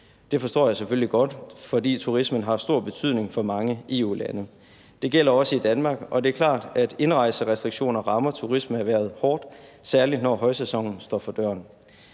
Det forstår jeg selvfølgelig godt, for turismen har stor betydning for mange EU-lande. Det gælder også i Danmark, og det er klart, at indrejserestriktioner rammer turismeerhvervet hårdt, særlig når højsæsonen står for døren.